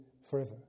forever